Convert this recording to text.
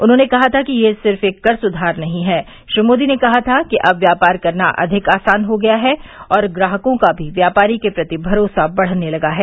उन्होंने कहा था यह सिर्फ एक कर सुधार नहीं है श्री मोदी ने कहा था कि अब व्यापार करना अधिक आसान हो गया है और ग्राहकों का भी व्यापारी के प्रति भरोसा बढ़ने लगा है